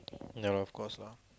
ya of course lah